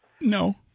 No